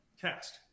cast